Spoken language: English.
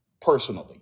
personally